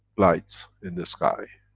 lights in the sky,